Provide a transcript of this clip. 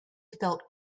felt